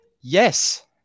Yes